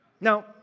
Now